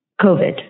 COVID